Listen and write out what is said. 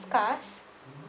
scars